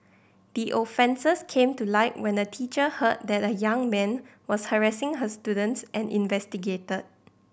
the offences came to light when a teacher heard that a young man was harassing her students and investigated